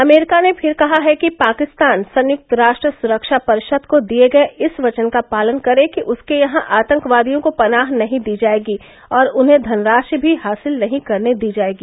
America ने फिर कहा है कि पाकिस्तान संयुक्त राष्ट्र सुरक्षा परिषद को दिए गए इस वचन का पालन करे कि उसके यहां आतंकवादियों को पनाह नहीं दी जाएगी और उन्हें धनराशि भी हासिल नहीं करने दी जाएगी